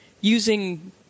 using